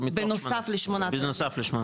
בנוסף ל-8,000,